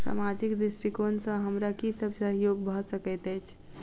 सामाजिक दृष्टिकोण सँ हमरा की सब सहयोग भऽ सकैत अछि?